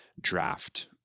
draft